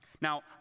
Now